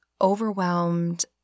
overwhelmed